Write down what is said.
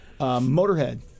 Motorhead